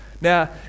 Now